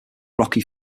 rocky